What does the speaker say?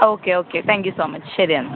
okay okay thank you so much ശരി എന്നാൽ